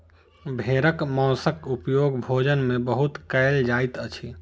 भेड़क मौंसक उपयोग भोजन में बहुत कयल जाइत अछि